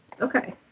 okay